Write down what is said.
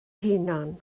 hunan